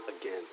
again